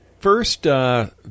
First